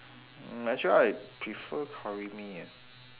mm actually I prefer curry mee eh